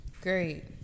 great